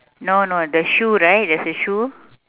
no no the shoe right there is a shoe